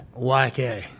Yk